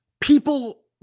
People